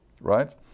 right